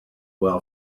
well